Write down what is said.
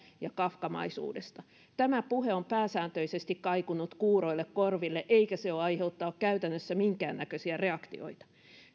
ja kafkamaisuudesta tämä puhe on pääsääntöisesti kaikunut kuuroille korville eikä se ole aiheuttanut käytännössä minkäännäköisiä reaktioita